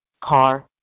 car